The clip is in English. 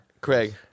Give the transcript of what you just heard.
Craig